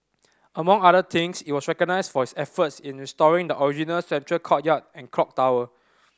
among other things it was recognised for its efforts in restoring the original central courtyard and clock tower